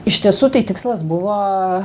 iš tiesų tai tikslas buvo